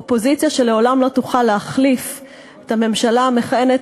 אופוזיציה שלעולם לא תוכל להחליף את הממשלה המכהנת,